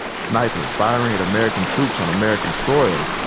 snipers firing at american troops on american soil,